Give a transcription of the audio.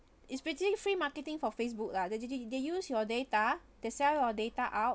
it's pretty free marketing for facebook lah they they use your data they sell your data out